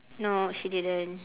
no she didn't